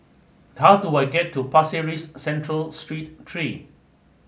how do I get to Pasir Ris Central Street three